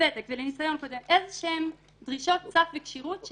לוותק, לניסיון קודם, איזה שהן דרישות סף וכשירות,